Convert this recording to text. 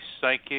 psychic